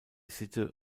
sitte